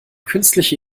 künstliche